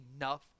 enough